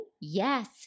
yes